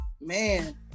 Man